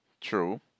True